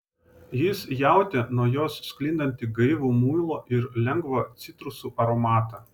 jis jautė nuo jos sklindantį gaivų muilo ir lengvą citrusų aromatą